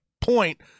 point